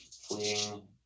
fleeing